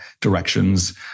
directions